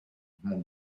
mon